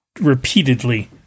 repeatedly